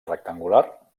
rectangular